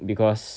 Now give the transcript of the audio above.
because